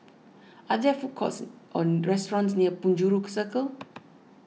are there food courts or restaurants near Penjuru Circle